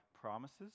promises